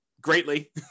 greatly